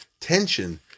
tension